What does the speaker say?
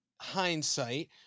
hindsight